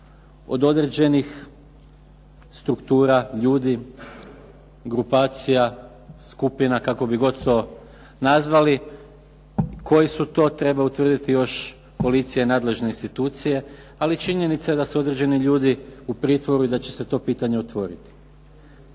od određenih struktura ljudi, grupacija, skupina kako bi god to nazvali. Koji su to treba utvrditi još policija i nadležne institucije. Ali činjenica je da su određeni ljudi u pritvoru i da će se to pitanje otvoriti.